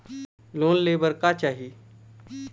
Loan ले बार का चाही?